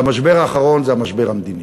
והמשבר האחרון זה המשבר המדיני.